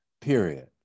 period